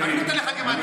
גם אני נותן לך גימטרייה.